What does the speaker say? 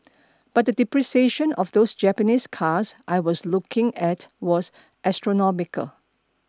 but the depreciation of those Japanese cars I was looking at was astronomical